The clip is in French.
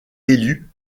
élu